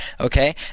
okay